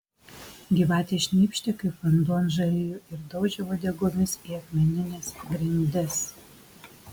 gyvatės šnypštė kaip vanduo ant žarijų ir daužė uodegomis į akmenines grindis